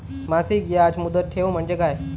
मासिक याज मुदत ठेव म्हणजे काय?